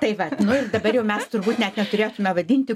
tai vat nu ir dabar jau mes turbūt net neturėtume vadinti